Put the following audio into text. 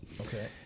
Okay